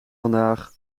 vandaag